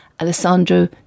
Alessandro